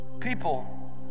people